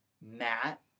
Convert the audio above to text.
Matt